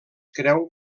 creu